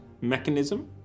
mechanism